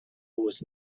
was